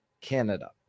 Canada